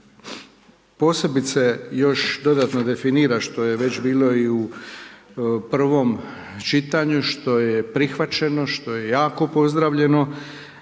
posebice još dodatno definira što je već bilo i u prvom čitanju, što je prihvaćeno, što je jako pozdravljeno